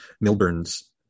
Milburn's